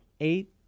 eight